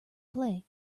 play